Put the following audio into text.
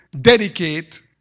dedicate